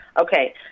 Okay